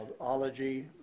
ology